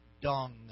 dung